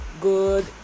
good